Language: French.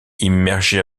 immergés